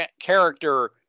character